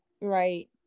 Right